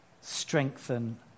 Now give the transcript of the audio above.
strengthen